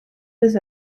was